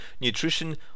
nutrition